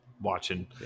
watching